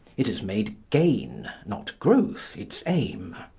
it has made gain not growth its aim.